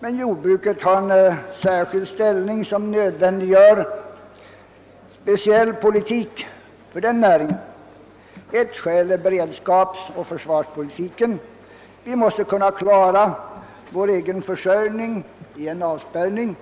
men jordbruket har en särskild ställning som nödvändiggör speciell politik för den näringen. Ett skäl är beredskapsoch försvarspolitiken. Vi måste kunna klara vår egen försörjning i en avspärrning.